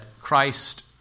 Christ